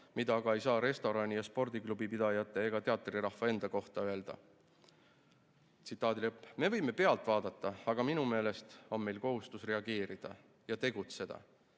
mida ei saa öelda restorani- ja spordiklubipidajate ega teatrirahva enda kohta." Me võime pealt vaadata, aga minu meelest on meil kohustus reageerida ja tegutseda,